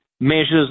measures